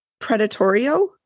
predatorial